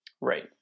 Right